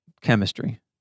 chemistry